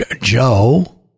Joe